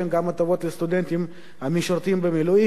גם הטבות לסטודנטים המשרתים במילואים,